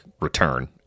return